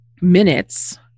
minutes